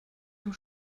dem